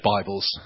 Bibles